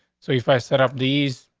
so if i set up these,